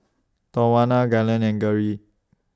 Tawana Galen and Geri